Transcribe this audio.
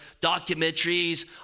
documentaries